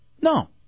No